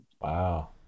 Wow